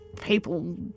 people